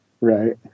right